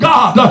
God